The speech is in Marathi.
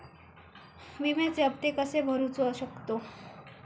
विम्याचे हप्ते कसे भरूचो शकतो?